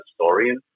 historian